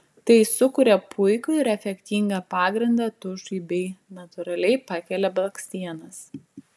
tai sukuria puikų ir efektingą pagrindą tušui bei natūraliai pakelia blakstienas